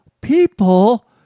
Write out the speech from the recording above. people